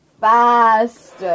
faster